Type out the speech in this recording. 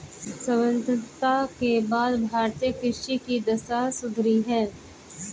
स्वतंत्रता के बाद भारतीय कृषि की दशा सुधरी है